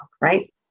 right